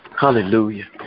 Hallelujah